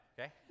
okay